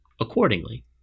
accordingly